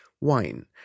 wine